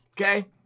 okay